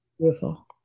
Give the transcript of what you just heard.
beautiful